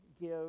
give